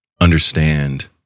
understand